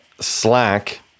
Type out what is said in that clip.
Slack